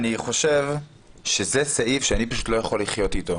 אני חושב שזה סעיף שאני פשוט לא יכול לחיות איתו.